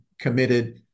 committed